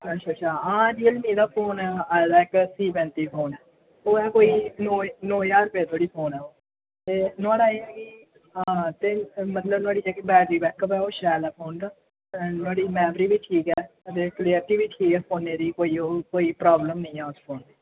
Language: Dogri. अच्छा अच्छा हां रियल मी दा फोन आए दा इक सी पैंती फोन ओह् ऐ कोई नौ नौ ज्हार रपेऽ धोड़ी फोन ऐ ओह् ते नुआड़ा एह् ऐ कि मतलब कि नुआड़ी जेह्की बैदरी बैकअप ऐ ओह् शैल ऐ फोन दा ते नुआड़ी मैमरी बी ठीक ऐ ते क्लियरटी बी ठीक ऐ फोनै दी कोई ओह् कोई प्राब्लम नेईं ऐ उस फोन दी